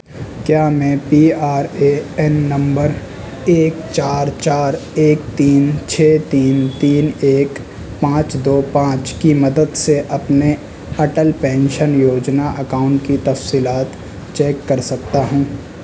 کیا میں P R A N نمبر ایک چار چار ایک تین چھ تین تین ایک پانچ دو پانچ کی مدد سے اپنے اٹل پینشن یوجنا اکاؤنٹ کی تفصیلات چیک کر سکتا ہوں